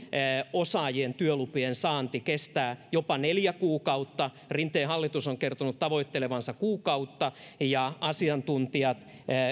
osaajien työlupien saanti kestää jopa neljä kuukautta rinteen hallitus on kertonut tavoittelevansa kuukautta ja asiantuntijat